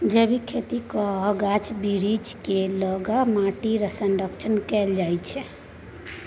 जैबिक खेती कए आ गाछ बिरीछ केँ लगा माटिक संरक्षण कएल जा सकै छै